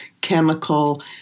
chemical